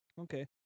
Okay